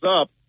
up